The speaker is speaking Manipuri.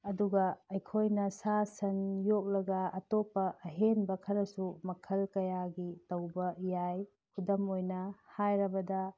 ꯑꯗꯨꯒ ꯑꯩꯈꯣꯏꯅ ꯁꯥ ꯁꯟ ꯌꯣꯛꯂꯒ ꯑꯇꯣꯞꯄ ꯑꯍꯦꯟꯕ ꯈꯔꯁꯨ ꯃꯈꯜ ꯀꯌꯥꯒꯤ ꯇꯧꯕ ꯌꯥꯏ ꯈꯨꯗꯝ ꯑꯣꯏꯅ ꯍꯥꯏꯔꯕꯗ